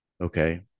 Okay